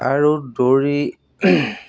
আৰু দৌৰি